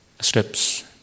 Steps